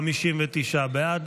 בעד,